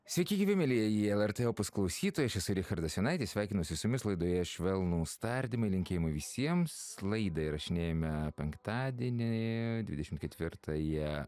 sveiki gyvi mielieji lrt opus klausytojai aš esu richardas jonaitis sveikinuosi su jumis laidoje švelnūs tardymai linkėjimai visiems laidą įrašinėjame penktadienį dvidešimt ketvirtąją